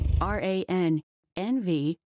R-A-N-N-V